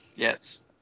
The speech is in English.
Yes